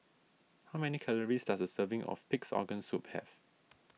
how many calories does a serving of Pig's Organ Soup have